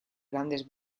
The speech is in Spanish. grandes